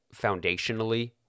foundationally